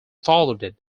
followed